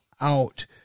out